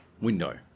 Window